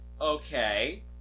Okay